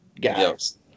guys